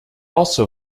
also